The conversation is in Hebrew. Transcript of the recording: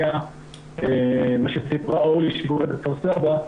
מה שסיפרה אורלי שקורה בכפר סבא,